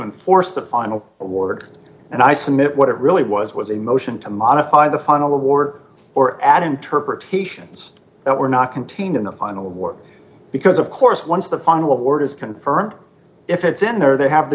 enforce the final award and i submit what it really was was a motion to modify the final award or add interpretations that were not contained in the final award because of course once the final order is confirmed if it's in there they have the